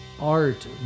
art